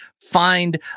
Find